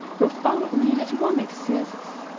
profoundly, that one exists,